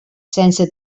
sense